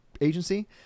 agency